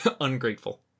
Ungrateful